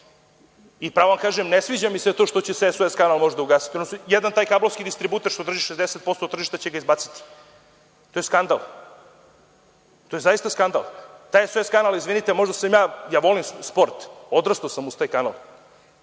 da vam kažem, ne sviđa mi se to što će se SOS kanal možda ugasiti, odnosno jedan taj kablovski distributer što drži 60% tržišta će ga izbaciti. To je skandal. To je zaista skandal. Taj SOS kanal, izvinite, možda sam ja, ja volim sport, odrastao sam uz taj kanal,